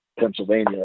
pennsylvania